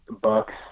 bucks